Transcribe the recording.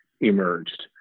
emerged